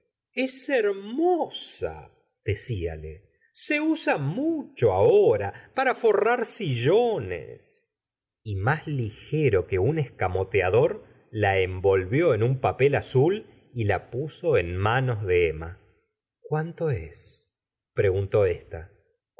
es hermosa deciale se usa mucho ahora para forrar sillones y más ligero que un escamoteador la envolvió en un papel a zul y la puso en manos de etnma cuánto es preguntó ésta